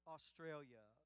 Australia